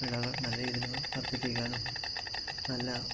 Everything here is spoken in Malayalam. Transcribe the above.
വിളകൾ നല്ല രീതിയിൽ വർദ്ധിപ്പിക്കാനും നല്ല